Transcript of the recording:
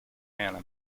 anna